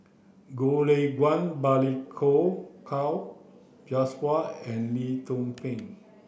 Goh Lay Kuan Balli Kaur Jaswal and Lee Tzu Pheng